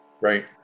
right